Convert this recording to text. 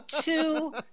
two